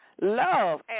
love